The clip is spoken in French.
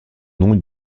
nom